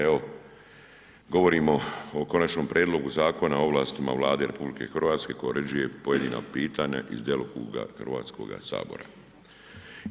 Evo, govorimo o Konačnom prijedlogu Zakona o ovlastima Vlade RH koja uređuje pojedina pitanja iz djelokruga HS-a.